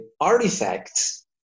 artifacts